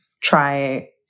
try